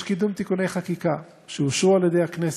יש קידום תיקוני חקיקה שאושרו על-ידי הכנסת.